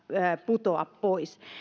putoa pois